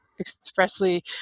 Expressly